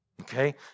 Okay